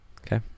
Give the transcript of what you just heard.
Okay